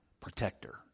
protector